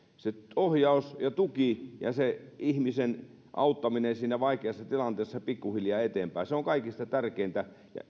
se ohjaus ja tuki ja se ihmisen auttaminen siinä vaikeassa tilanteessa pikkuhiljaa eteenpäin on kaikista tärkeintä